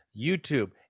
YouTube